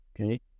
Okay